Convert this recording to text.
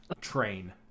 train